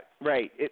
right